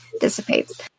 dissipates